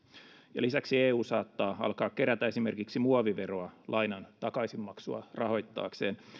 ja lisäksi eu saattaa alkaa kerätä esimerkiksi muoviveroa lainan takaisinmaksua rahoittaakseen